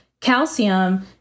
calcium